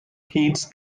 heats